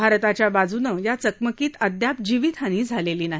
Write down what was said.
भारताच्या बाजूनं या चकमकीत अद्याप जीवितहानी झालेली नाही